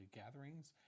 gatherings